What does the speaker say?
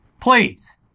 Please